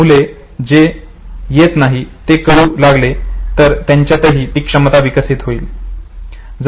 मुले जे येत नाही ते करू लागले तर त्यांच्यातही ही क्षमता विकसित होईल